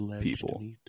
people